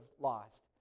lost